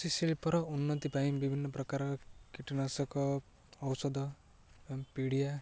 କିୃଷି ଶିଳ୍ପର ଉନ୍ନତି ପାଇଁ ବିଭିନ୍ନ ପ୍ରକାର କୀଟନାଶକ ଔଷଧ ଏବଂ ପିଡ଼ିଆ